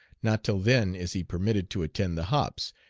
not till then is he permitted to attend the hops,